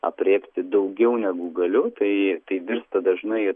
aprėpti daugiau negu galiu tai tai virsta dažnai